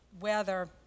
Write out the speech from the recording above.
weather—